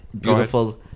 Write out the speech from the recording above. beautiful